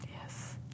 Yes